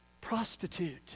prostitute